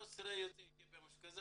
כ-13 יוצאי אתיופיה.